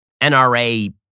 NRA